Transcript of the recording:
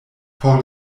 por